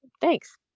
Thanks